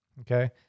okay